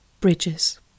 Bridges